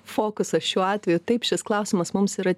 fokusas šiuo atveju taip šis klausimas mums yra